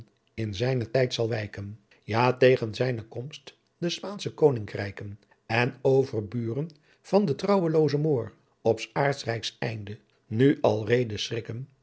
in zynen tijdt zal wijken ja tegen zijne koomst de spaansche koninkrijken adriaan loosjes pzn het leven van hillegonda buisman en overbuuren van den trouweloozen moor op s aardtsrijks einde nu alreede